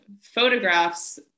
photographs